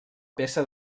peça